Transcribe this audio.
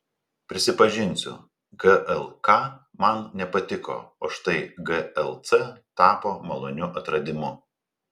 prisipažinsiu glk man nepatiko o štai glc tapo maloniu atradimu